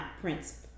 Prince